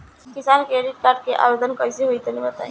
किसान credit card के आवेदन कईसे होई तनि बताई?